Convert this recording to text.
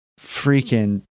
freaking